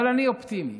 אבל אני אופטימי,